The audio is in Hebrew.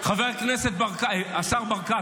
השר ברקת,